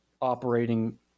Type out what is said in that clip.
operating